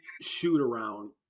shoot-around